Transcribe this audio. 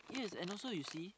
yes and also you see